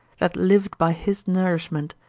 that lived by his nourishment,